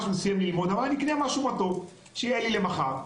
אמר נקנה משהו מתוק שיהיה לי למחר.